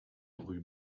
rue